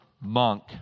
monk